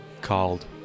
called